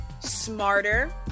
smarter